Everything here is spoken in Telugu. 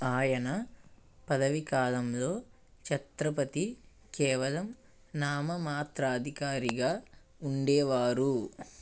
ఆయన పదవీకాలంలో ఛత్రపతి కేవలం నామమాత్ర అధికారిగా ఉండేవారు